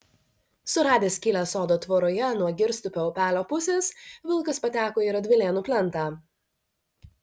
suradęs skylę sodo tvoroje nuo girstupio upelio pusės vilkas pateko į radvilėnų plentą